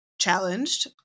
challenged